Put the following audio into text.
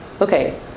Okay